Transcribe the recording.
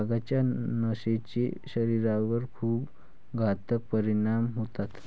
भांगाच्या नशेचे शरीरावर खूप घातक परिणाम होतात